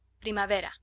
primavera